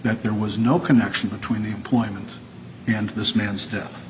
that there was no connection between the employment and this man